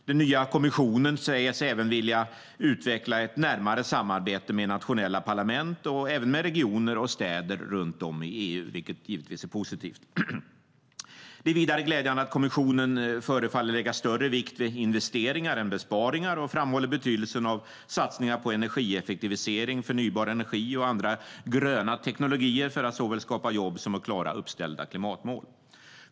Den nya kommissionen säger sig vilja utveckla ett närmare samarbete med nationella parlament och även med regioner och städer runt om i EU, vilket givetvis är positivt. Det är vidare glädjande att kommissionen förefaller lägga större vikt vid investeringar än besparingar och framhåller betydelsen av satsningar på energieffektivisering, förnybar energi och andra gröna tekniker för att såväl skapa jobb som att klara uppställda klimatmål.